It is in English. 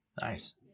Nice